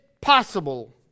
possible